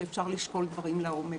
כשאפשר יהיה לשקול דברים לעומק.